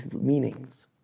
meanings